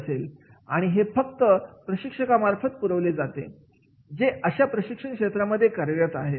आणि हे सर्व फक्त प्रशिक्षका मार्फत पुरवले जाऊ शकते जे अशा प्रशिक्षण क्षेत्रांमध्ये कार्यरत आहेत